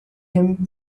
him